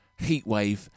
Heatwave